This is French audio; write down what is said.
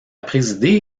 présidé